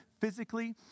physically